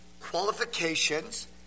qualifications